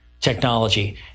technology